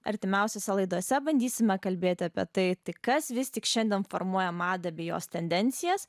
artimiausiose laidose bandysime kalbėti apie tai kas vis tik šiandien formuoja madą bei jos tendencijas